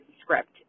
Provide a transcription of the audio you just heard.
script